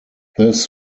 this